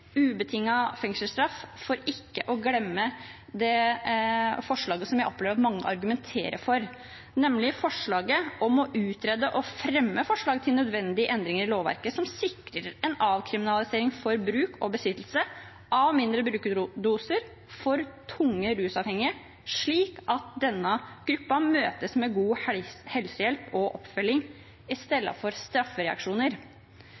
fengselsstraff – for ikke å glemme det forslaget som jeg opplever at mange argumenterer for, nemlig forslaget om å «utrede og fremme forslag til nødvendige endringer i lovverket som sikrer en avkriminalisering for bruk og besittelse av mindre brukerdoser for tunge rusavhengige, slik at denne gruppen møtes med god helsehjelp og oppfølging istedenfor straffereaksjoner». Dersom folk er